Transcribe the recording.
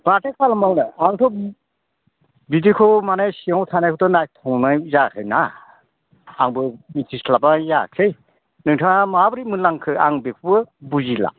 माथो खालामबावनो आंथ' बिदिखौ माने सिङाव थानायखौथ' नायख्रंनाय जायाखैना आंबो मिथिस्लाबनाय जायासै नोंथाङा माबोरै मोनलांखो आं बेखौबो बुजिला